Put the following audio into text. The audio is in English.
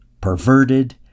perverted